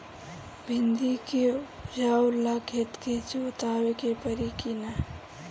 भिंदी के उपजाव ला खेत के जोतावे के परी कि ना?